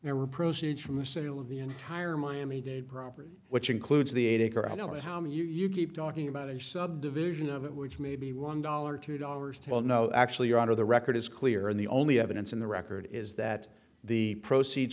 were proceeds from the sale of the entire miami dade property which includes the acre i don't know how many you keep talking about a subdivision of it which may be one dollar two dollars twelve no actually your honor the record is clear and the only evidence in the record is that the proceeds